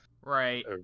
right